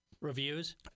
reviews